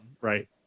right